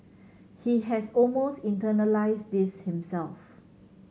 he has almost internalised this himself